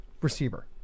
receiver